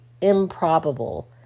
improbable